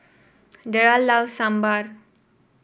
Derald loves Sambar